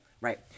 Right